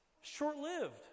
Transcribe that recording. short-lived